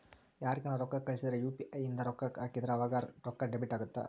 ಯಾರ್ಗನ ರೊಕ್ಕ ಕಳ್ಸಿದ್ರ ಯು.ಪಿ.ಇ ಇಂದ ರೊಕ್ಕ ಹಾಕಿದ್ರ ಆವಾಗ ರೊಕ್ಕ ಡೆಬಿಟ್ ಅಗುತ್ತ